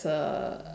uh